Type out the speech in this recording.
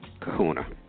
kahuna